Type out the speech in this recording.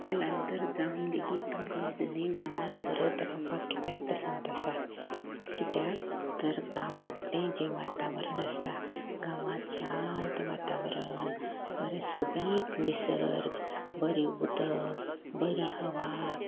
स्थलांतर जावन लेगीत तुमकां अजुनी गांवांत परत रावपाक किद्याक पसंत आसा कित्याक तर गांवांतलें जें वातावरण आसता गांवांत शांत वातावरण बरो सोबीत निसर्ग बरी उदक बरी हवा